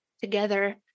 together